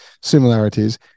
similarities